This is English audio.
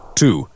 two